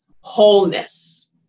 wholeness